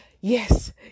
Yes